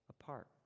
apart